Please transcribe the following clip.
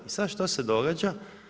I sad što se događa?